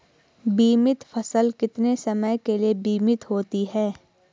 बीमित फसल कितने समय के लिए बीमित होती है?